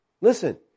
Listen